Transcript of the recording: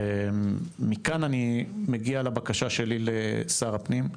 מכאן אני מגיע לבקשה שלי לשר הפנים: